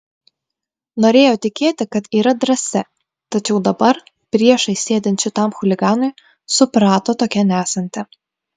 norėjo tikėti kad yra drąsi tačiau dabar priešais sėdint šitam chuliganui suprato tokia nesanti